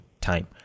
time